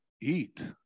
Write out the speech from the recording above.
eat